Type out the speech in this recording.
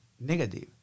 negative